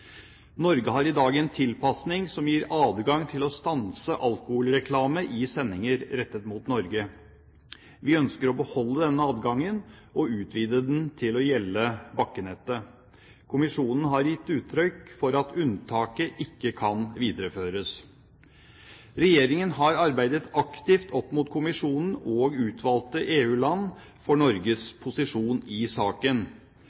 Norge har i dag en tilpasning som gir adgang til å stanse alkoholreklame i sendinger rettet mot Norge. Vi ønsker å beholde denne adgangen og utvide den til å gjelde bakkenettet. Kommisjonen har gitt uttrykk for at unntaket ikke kan videreføres. Regjeringen har arbeidet aktivt opp mot kommisjonen og utvalgte EU-land for